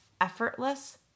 effortless